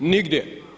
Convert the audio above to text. Nigdje.